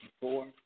four